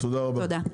תודה רבה.